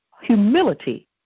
humility